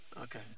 Okay